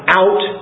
out